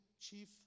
chief